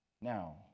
Now